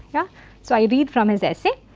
yeah so i read from his essay.